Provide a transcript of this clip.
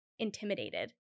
intimidated